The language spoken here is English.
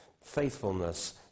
faithfulness